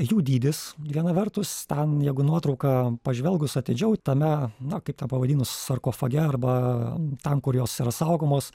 jų dydis viena vertus ten jeigu į nuotrauką pažvelgus atidžiau tame na kaip ten pavadinus sarkofage arba ten kur jos yra saugomos